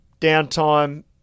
downtime